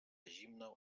zimną